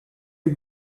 you